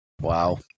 Wow